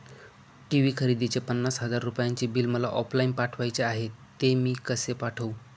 TV खरेदीचे पन्नास हजार रुपयांचे बिल मला ऑफलाईन पाठवायचे आहे, ते मी कसे पाठवू?